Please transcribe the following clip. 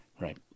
Right